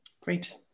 Great